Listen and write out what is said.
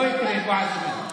לא יקרה, בועז אומר.